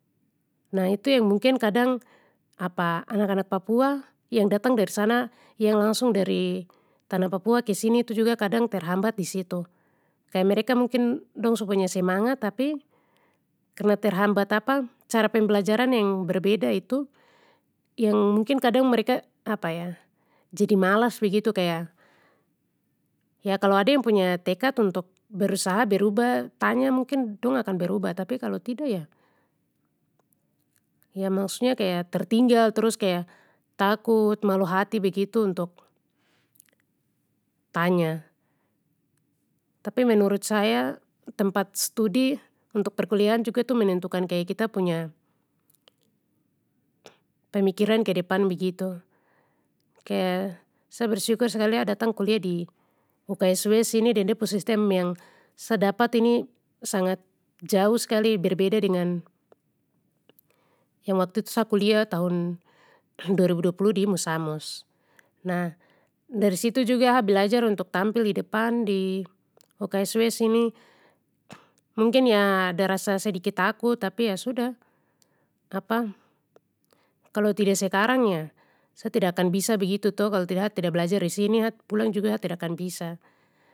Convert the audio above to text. Nah itu yang mungkin kadang anak anak papua yang datang dari sana yang langsung dari tanah papua kesini tu juga kadang terhambat disitu, kaya mereka mungkin dong su punya semangat tapi, karna terhambat cara pembelajaran yang berbeda itu yang mungkin kadang mereka jadi malas begitu kaya, ya kalo ada punya tekad untuk berusaha berubah tanya mungkin dong akan berubah tapi kalo tida ya, ya maksudnya kaya tertinggal trus kaya takut malu hati begitu untuk tanya. Tapi menurut saya, tempat studi untuk perkuliahan juga menentukan kaya kita punya, pemikiran ke depan begitu, kaya sa bersyukur skali a datang kuliah di UKSW sini deng de pu sistem yang sa dapat ini sangat jauh skali berbeda dengan, yang waktu itu sa kuliah tahun dua ribu dua puluh di musamus. Nah dari situ juga ha belajar untuk tampil di depan di UKSW sini, mungkin ya ada rasa sedikit takut tapi ya sudah kalo tida sekarang ya, sa tida akan bisa begitu to kalo tida a tida belajar disini hap pulang juga ha tida akan bisa.